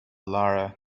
lara